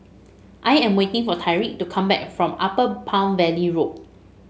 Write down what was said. I am waiting for Tyrique to come back from Upper Palm Valley Road